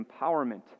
empowerment